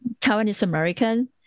Taiwanese-American